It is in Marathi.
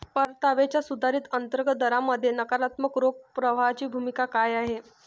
परताव्याच्या सुधारित अंतर्गत दरामध्ये नकारात्मक रोख प्रवाहाची भूमिका काय आहे?